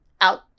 out